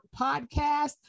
podcast